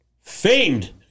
Famed